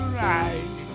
right